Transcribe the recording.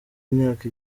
imyaka